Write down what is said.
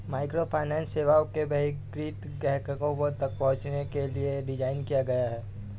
microfinance सेवाओं को बहिष्कृत ग्राहकों तक पहुंचने के लिए डिज़ाइन किया गया है